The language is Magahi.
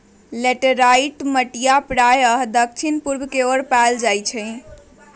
लैटेराइट मटिया प्रायः दक्षिण पूर्व के ओर पावल जाहई